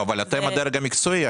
אבל אתם הדרג המקצועי,